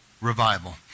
revival